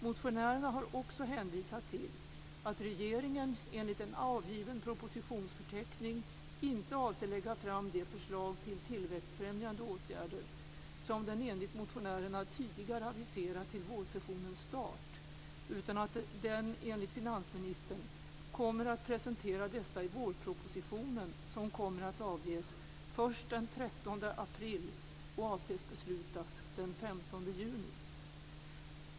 Motionärerna har också hänvisat till att regeringen enligt en avgiven propositionsförteckning inte avser att lägga fram de förslag till tillväxtfrämjande åtgärder som den enligt motionärerna tidigare aviserat till vårsessionens start utan att den enligt finansministern kommer att presentera dessa i vårpropositionen, som kommer att avges först den 13 april och avses beslutas den 15 juni.